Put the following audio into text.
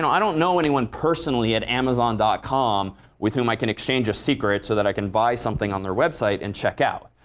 i don't know anyone personally at amazon dot com with whom i can exchange a secret so that i can buy something on their website and check out.